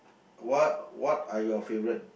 what what are your favourite